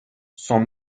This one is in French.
sans